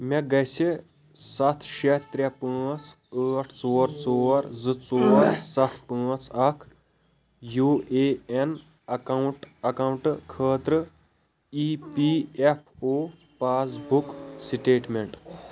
مےٚ گَژھِ ستھ شےٚ ترٛےٚ پانٛژھ ٲٹھ ژور ژور زٕ ژور ستھ پانٛژھ اکھ U A N account account خٲطرٕ E P F O passbook statement